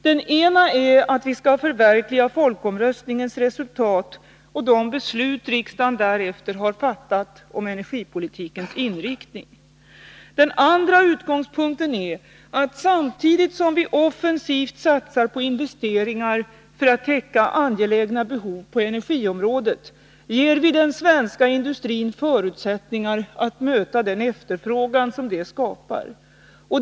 Den ena är att vi skall förverkliga folkomröstningens resultat och de beslut som riksdagen därefter har fattat om energipolitikens inriktning. Den andra utgångspunkten är att vi samtidigt som vi offensivt satsar på investeringar för att täcka angelägna behov på energiområdet ger den svenska industrin förutsättningar att möta den efterfrågan som detta skapar.